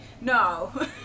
No